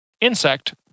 insect